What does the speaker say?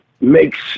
makes